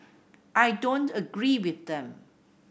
I don't agree with them